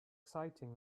exciting